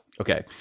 Okay